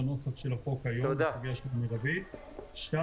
הנוסח של החוק היום בסוגיה של "מרבית" -- תודה.